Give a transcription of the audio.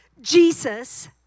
Jesus